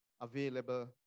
available